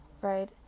right